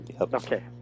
Okay